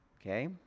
Okay